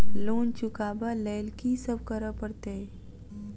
Loan चुका ब लैल की सब करऽ पड़तै?